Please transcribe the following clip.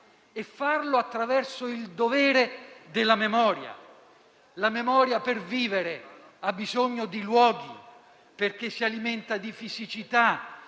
usurpati, attraverso il dovere della memoria. La memoria, per vivere, ha bisogno di luoghi, perché si alimenta di fisicità,